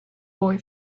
boy